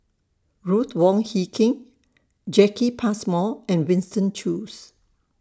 Ruth Wong Hie King Jacki Passmore and Winston Choos